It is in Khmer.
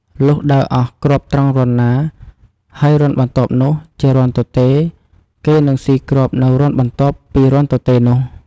លុះដើរអស់គ្រាប់ត្រង់រន្ធណា ហើយរន្ធបន្ទាប់នោះ ជារន្ធទទេ គេនឹងស៊ីគ្រាប់នៅរន្ធបន្ទាប់ពីរន្ធទទេនោះ។